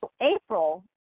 April